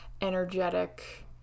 energetic